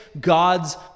God's